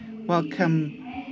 welcome